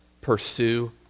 Pursue